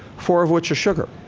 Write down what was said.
four of which are sugar.